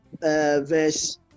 verse